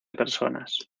personas